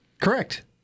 Correct